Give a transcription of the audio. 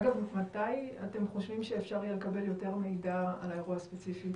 מתי אתם חושבים שאפשר יהיה לקבל יותר מידע על האירוע הספציפי?